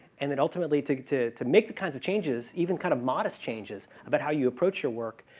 and it ultimately took to to make the kinds of changes, even kind of modest changes about how you approach your work,